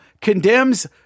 condemns